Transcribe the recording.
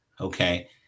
okay